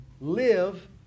live